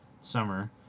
summer